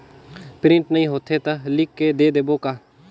Print नइ होथे ता लिख के दे देबे का?